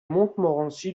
montmorency